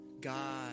God